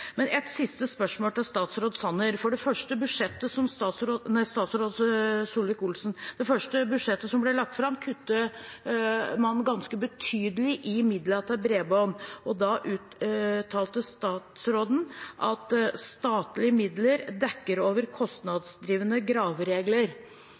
Et siste spørsmål til statsråd Solvik-Olsen. I det første budsjettet som ble lagt fram, kuttet man ganske betydelig i midlene til bredbånd, og da uttalte statsråden at statlige midler dekker over